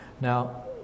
Now